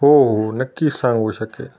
हो हो नक्की सांगू शकेल